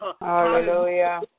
Hallelujah